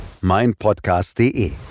meinpodcast.de